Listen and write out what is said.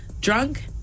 Drunk